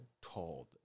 told